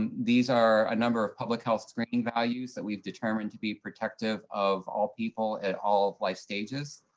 um these are a number of public health screening values that we've determined to be protective of all people at all life stages.